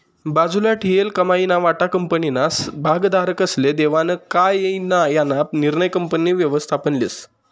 बाजूले ठीयेल कमाईना वाटा कंपनीना भागधारकस्ले देवानं का नै याना निर्णय कंपनी व्ययस्थापन लेस